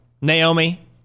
Naomi